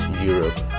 Europe